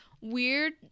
weird